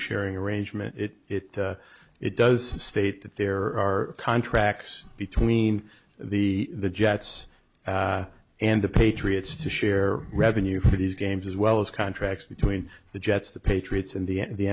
sharing arrangement it it does state that there are contracts between the jets and the patriots to share revenue for these games as well as contracts between the jets the patriots and the the